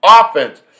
offense